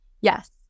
yes